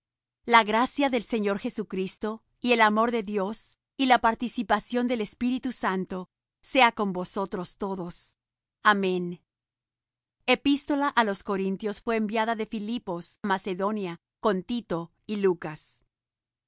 la gracia del señor jesucristo y el amor de dios y la participación del espíritu santo sea con vosotros todos amén epístola á los corintios fué enviada de filipos de macedonia con tito y lucas